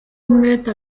umwete